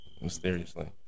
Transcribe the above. Mysteriously